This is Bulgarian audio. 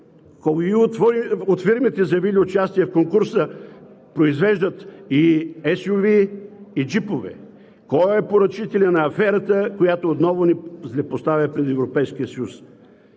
от фирмите, заявили участие в конкурса, произвеждат и SUV, и джипове? Кой е поръчителят на аферата, която отново ни злепоставя пред Европейския съюз?